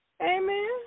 Amen